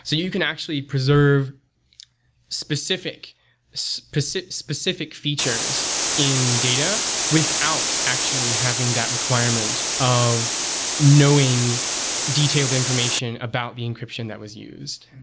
so you can actually preserve specific specific features in data without actually having that requirement of knowing detailed information about the encryption that was used.